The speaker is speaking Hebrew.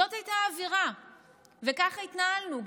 זאת הייתה האווירה וככה התנהלנו.